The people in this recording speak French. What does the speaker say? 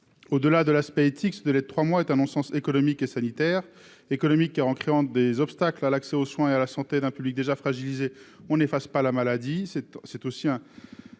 au delà de l'aspect éthique de l'aide trois mois est un non-sens économique et sanitaire, économique, car en créant des obstacles à l'accès aux soins et à la santé d'un public déjà fragilisé, on n'efface pas la maladie,